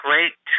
great